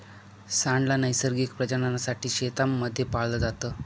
सांड ला नैसर्गिक प्रजननासाठी शेतांमध्ये पाळलं जात